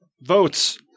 Votes